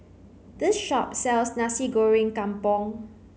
this shop sells Nasi Goreng Kampung